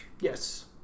Yes